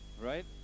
right